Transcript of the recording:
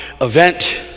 event